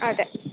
അതെ